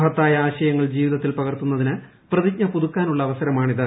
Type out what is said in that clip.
മഹത്തായ ആശയങ്ങൾ ജീവിതത്തിൽ പകർത്തുന്നതിന് പ്രതിജ്ഞ പുതുക്കാനുള്ള അവസരമാണിത്